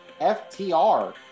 FTR